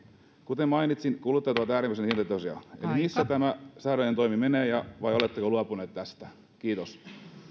kuten mainitsin kuluttajat ovat äärimmäisen hintatietoisia eli missä tämä säädännöllinen toimi menee vai oletteko luopuneet tästä kiitos